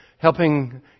Helping